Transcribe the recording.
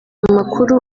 amakuru